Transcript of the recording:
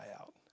out